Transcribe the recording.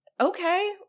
okay